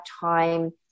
time